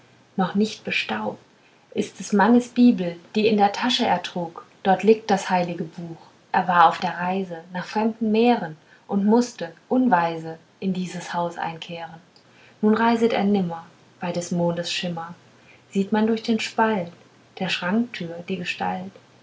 noch nicht bestaubt ist des mannes bibel die in der tasche er trug dort liegt das heilige buch er war auf der reise nach fremden meeren und mußte unweise in dieses haus einkehren nun reiset er nimmer bei des mondes schimmer sieht man durch den spalt der schranktür die gestalt